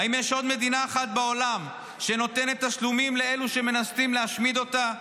האם יש עוד מדינה אחת בעולם שנותנת תשלומים לאלו שמנסים להשמיד אותה?